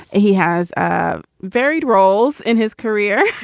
he has ah varied roles in his career.